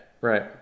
right